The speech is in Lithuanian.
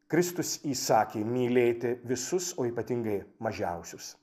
kristus įsakė mylėti visus o ypatingai mažiausius